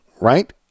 right